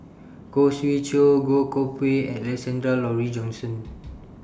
Khoo Swee Chiow Goh Koh Pui and Alexander Laurie Johnston